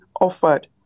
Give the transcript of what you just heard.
offered